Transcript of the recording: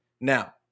Now